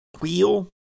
wheel